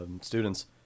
students